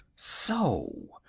so!